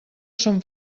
són